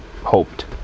hoped